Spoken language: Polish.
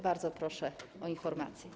Bardzo proszę o informację.